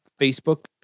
Facebook